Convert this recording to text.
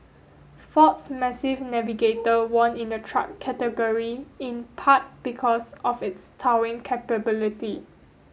ford's massive Navigator won in the truck category in part because of its towing capability